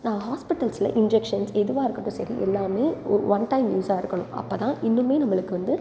ஹாஸ்பிட்டல்ல இன்ஜெக்ஷன்ஸ் எதுவாக இருக்கட்டும் சரி எல்லாமே ஒ ஒன் டைம் யூஸாக இருக்கணும் அப்போ தான் இன்னுமே நம்மளுக்கு வந்து